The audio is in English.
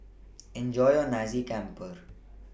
Enjoy your Nasi Campur